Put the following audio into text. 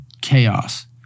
Chaos